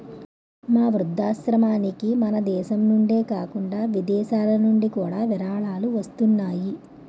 మా వృద్ధాశ్రమానికి మనదేశం నుండే కాకుండా విదేశాలనుండి కూడా విరాళాలు వస్తున్నాయి